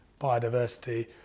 biodiversity